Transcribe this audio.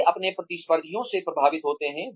वे अपने प्रतिस्पर्धियों से प्रभावित होते हैं